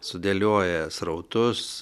sudėlioja srautus